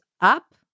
up